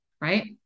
right